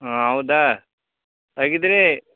ಹಾಂ ಹೌದಾ ಹಾಗಿದ್ರೆ